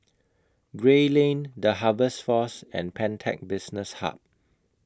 Gray Lane The Harvest Force and Pantech Business Hub